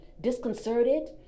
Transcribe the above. disconcerted